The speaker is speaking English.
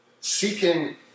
seeking